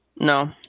No